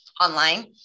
online